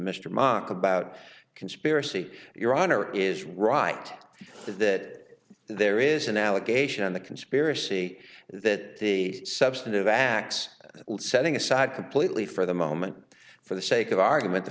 mr mock about conspiracy your honor is right is that there is an allegation in the conspiracy that the substantive acts setting aside completely for the moment for the sake of argument the